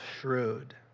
shrewd